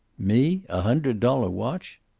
me? a hundred-dollar watch!